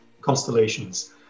constellations